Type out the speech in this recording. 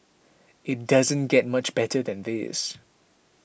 it doesn't get much better than this